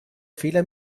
fehler